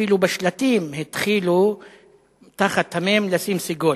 אפילו בשלטים התחילו תחת המ"ם לשים סגול,